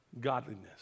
Godliness